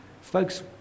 Folks